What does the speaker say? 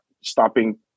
stopping